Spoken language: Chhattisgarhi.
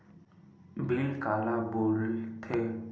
बिल काला बोल थे?